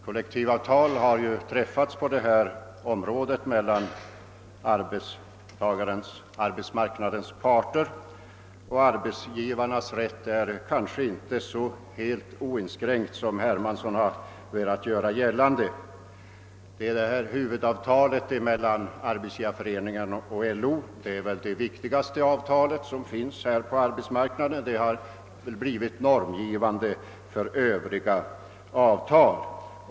Kollektivavtal på detta område har träffats mellan arbetsmarknadens parter, och arbetsgivarens rätt är kanske inte så helt oinskränkt som herr Hermansson velat göra gällande. Det huvudavtal som föreligger mellan arbetsgivarna och LO och som kanske är det viktigaste som finns på arbetismarknaden har blivit normgivande för övriga avtal.